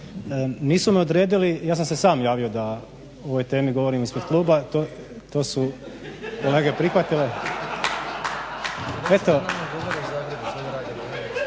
nisu me odredili ja sam se sam javio da o ovoj temi govorim ispred kluba, to su teme prihvatile.